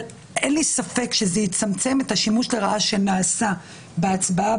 אין לי ספק שזה יצמצם את השימוש לרעה שנעשה בהצבעה